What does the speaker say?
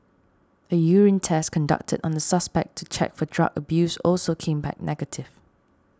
a urine test conducted on the suspect to check for drug abuse also came back negative